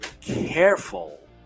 careful